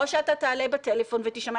או שתעלה בטלפון ותישמע.